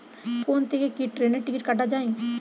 Phone থেকে কি ট্রেনের টিকিট কাটা য়ায়?